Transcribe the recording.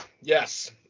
Yes